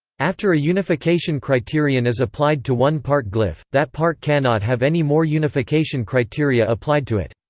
after a unification criterion is applied to one part glyph, that part cannot have any more unification criteria applied to it.